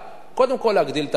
קודם כול, להגדיל את ההיצע.